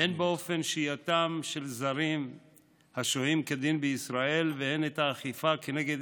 הן את אופן שהייתם של זרים השוהים כדין בישראל והן את האכיפה כנגד